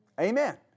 Amen